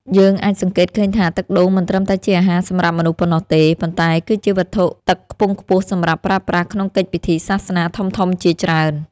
យើងអាចសង្កេតឃើញថាទឹកដូងមិនត្រឹមតែជាអាហារសម្រាប់មនុស្សប៉ុណ្ណោះទេ ប៉ុន្តែគឺជាវត្ថុទឹកខ្ពង់ខ្ពស់សម្រាប់ប្រើប្រាស់ក្នុងកិច្ចពិធីសាសនាធំៗជាច្រើន។